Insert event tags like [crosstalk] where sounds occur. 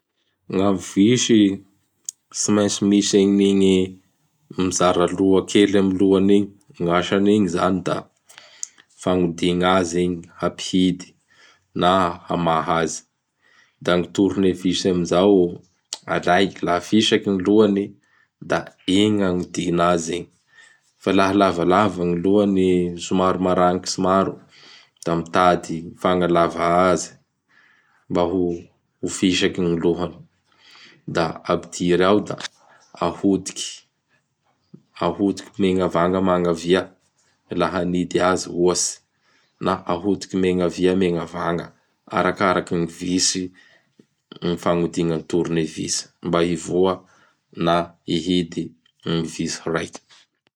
[noise] Gn am visy, [noise] tsy maintsy misy an'igny mizara roa kely amin'gny lohany igny. Gn' asanigny izany; da [noise] fagnodigna azy igny. Hampihidy na hamaha azy; da gny tournevisy amin'izao alay. Laha fisaky gny lohany da igny gny anodigna azy igny. Fa laha lavalava gny lohany somary maragnitsy maro, [noise] da mitady fagnalava azy mba ho fisaky gny lohany; [noise] da apidiry ao; da [noise] ahodiky, ahodiky megnavagna magnavia laha hanidy azy ohatsy na ahodiky meñavia megnavagna. Arakarakin'gny visy, gny fagnodigna gny tournevisy, mba hivoha na hihidy gn visy raiky.